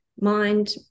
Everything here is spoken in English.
mind